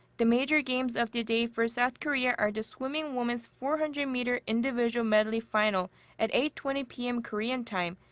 the major games of the day for south korea are the swimming women's four hundred meter individual medley final at eight twenty p m. korean time,